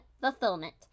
fulfillment